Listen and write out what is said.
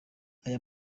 aya